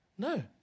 No